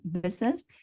business